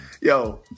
Yo